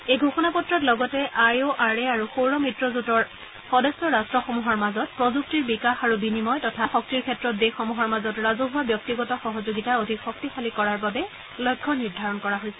এই ঘোষণা পত্ৰত লগতে আই অ' আৰ এ আৰু সৌৰ মিত্ৰজোঁটৰ সদস্য ৰট্টসমূহৰ মাজত প্ৰযুক্তিৰ বিকাশ আৰু বিনিয়ম তথা নবীকৰণ যোগ্য শক্তিৰ ক্ষেত্ৰত দেশসমূহৰ মাজত ৰাজহুৱা ব্যক্তিগত সহযোগিতা অধিক শক্তিশালী কৰাৰ বাবে লক্ষ্য নিৰ্ধাৰণ কৰা হৈছে